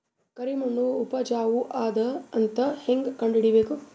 ಕರಿಮಣ್ಣು ಉಪಜಾವು ಅದ ಅಂತ ಹೇಂಗ ಕಂಡುಹಿಡಿಬೇಕು?